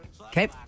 Okay